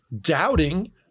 doubting